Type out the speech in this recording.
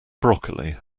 broccoli